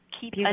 keep